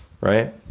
right